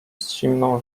zimną